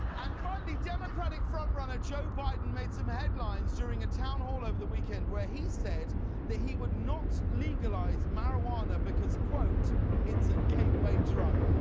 and finally democratic frontrunner joe biden made some headlines during a townhall over the weekend where he said that he would not legalize marijuana because quoalt it's a gateway drug